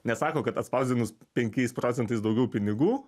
nesako kad atspausdinus penkiais procentais daugiau pinigų